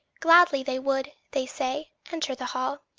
gladly they would, they say, enter the hall,